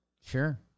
Sure